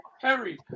Harry